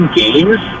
games